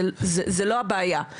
זה לא הבעיה.